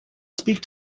speak